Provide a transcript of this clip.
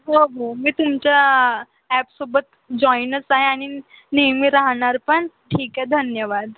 हो हो मी तुमच्या ॲपसोबत जॉईनच आहे आणि नेहमी राहणार पण ठीक आहे धन्यवाद